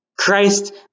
Christ